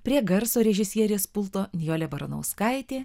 prie garso režisierės pulto nijolė baranauskaitė